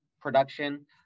production